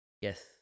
yes